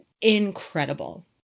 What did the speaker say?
incredible